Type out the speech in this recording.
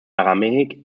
aramaic